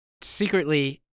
secretly